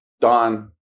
don